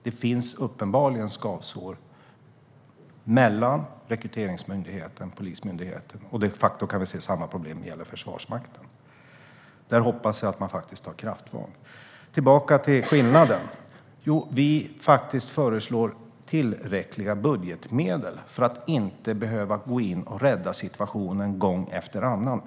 Det finns uppenbarligen skavsår mellan Rekryteringsmyndigheten och Polismyndigheten, och vi kan de facto se att samma problem gäller Försvarsmakten. Där hoppas jag att man faktiskt tar krafttag. Tillbaka till skillnaden: Vi föreslår faktiskt tillräckliga budgetmedel för att inte behöva gå in och rädda situationen gång efter annan.